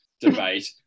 debate